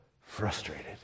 frustrated